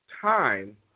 time